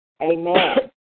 Amen